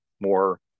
more